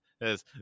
yes